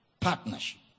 partnership